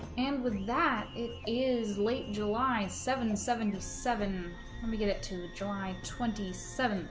and with that it is late july seven seven to seven let me get it to july twenty seven